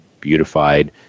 beautified